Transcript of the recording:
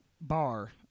Bar